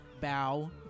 bow